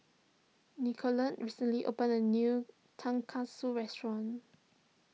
Nicolette recently opened a new Tonkatsu restaurant